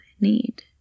need